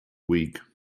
week